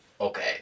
okay